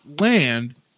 land